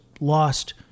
lost